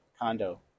condo